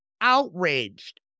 outraged